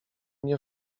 nie